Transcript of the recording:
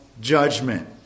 judgment